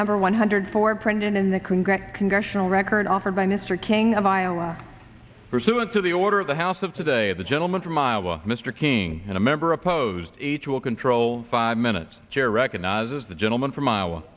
number one hundred four printed in the congressional congressional record offered by mr king of iowa pursuant to the order of the house of today of the gentleman from iowa mr king and a member opposed each will control five minutes jerry recognizes the gentleman from iowa